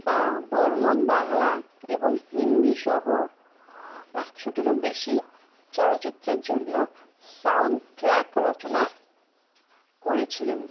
বর্মন বাংলা এবং হিন্দি সহ একশোটিরো বেশি চলচ্চিত্রের জন্য সাউন্ড ট্র্যাক রচনা করেছিলেন